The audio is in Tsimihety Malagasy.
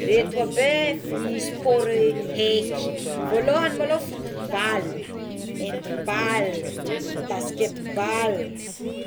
Ireto abe i sport eky voalohany maloha football, handball, baskety ball,